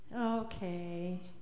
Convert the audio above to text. Okay